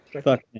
Fuck